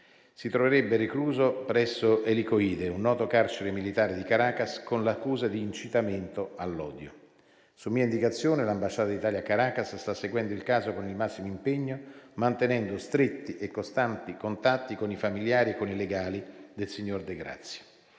si troverebbe recluso presso «El Helicoide», un noto carcere militare di Caracas, con l'accusa di incitamento all'odio. Su mia indicazione, l'ambasciata d'Italia a Caracas sta seguendo il caso con il massimo impegno, mantenendo stretti e costanti contatti con i familiari e con i legali del signor De Grazia.